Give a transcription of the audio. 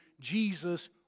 Jesus